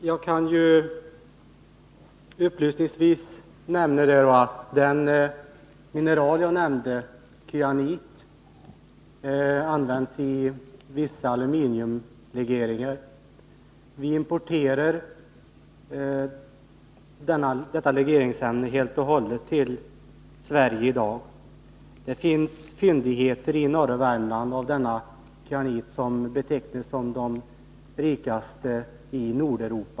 Herr talman! Jag kan ju upplysningsvis nämna att den mineral jag nämnde, kyanit, används i vissa aluminiumlegeringar. Vi importerar helt och hållet detta legeringsämne i dag. Det finns fyndigheter i norra Värmland av denna kyanit, vilka betecknas som de rikaste i Nordeuropa.